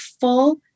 full